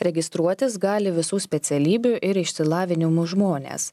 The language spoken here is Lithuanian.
registruotis gali visų specialybių ir išsilavinimo žmonės